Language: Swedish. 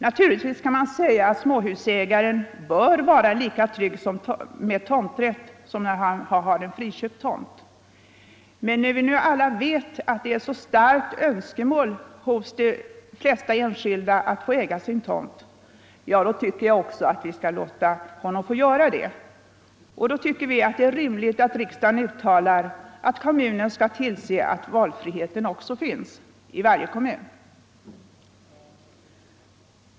Naturligtvis kan sägas att småhusägaren bör vara lika trygg med tomträtt som med friköpt tomt, men när vi nu alla vet att det är ett så starkt önskemål hos de flesta enskilda att få äga sin tomt tycker jag att vi också skall låta honom få göra det, och då är det rimligt att riksdagen uttalar att man på kommunalt håll skall tillse att valfriheten finns i varje kommun.